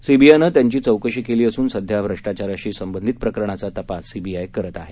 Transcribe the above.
सीबीआयनं त्यांची चौकशी केली असून सध्या भ्रष्टाचाराशी संबंधित प्रकरणाचा तपास सीबीआय करत आहे